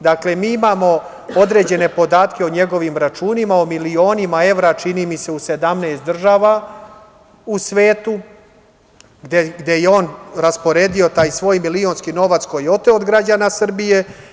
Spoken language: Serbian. Dakle, mi imamo određene podatke o njegovim računima, o milionima evra, čini mi se, u 17 država u svetu gde je on rasporedio taj svoj milionski novac koji je oteo od građana Srbije.